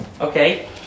Okay